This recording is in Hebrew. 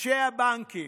ראשי הבנקים,